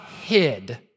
hid